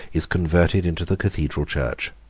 is converted into the cathedral church.